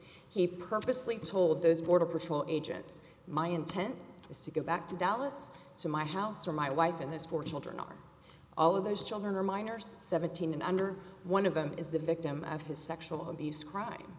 he purposely told those border patrol agents my intent was to go back to dallas to my house or my wife and his four children are all of those children are minors seventeen and under one of them is the victim of his sexual abuse crime